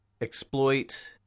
Exploit